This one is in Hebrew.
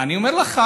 אני אומר לך,